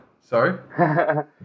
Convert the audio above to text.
sorry